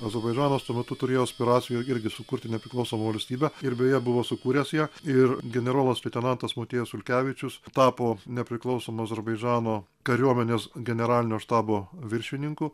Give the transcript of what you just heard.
azerbaidžanas tuo metu turėjo aspiracijų ir irgi sukurti nepriklausomą valstybę ir beje buvo sukūręs ją ir generolas leitenantas motiejus sulkevičius tapo nepriklausomo azerbaidžanos kariuomenės generalinio štabo viršininku